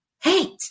hate